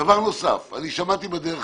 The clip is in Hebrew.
דבר נוסף, שמעתי בדרך